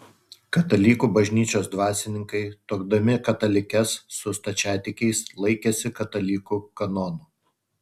katalikų bažnyčios dvasininkai tuokdami katalikes su stačiatikiais laikėsi katalikų kanonų